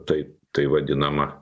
tai tai vadinama